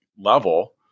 level